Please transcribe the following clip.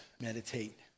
meditate